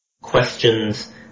questions